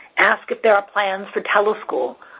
ask if there are plans for chalo school.